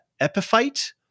epiphyte